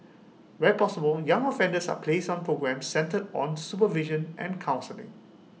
where possible young offenders are placed on programmes centred on supervision and counselling